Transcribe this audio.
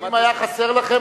אם היה חסר לכם,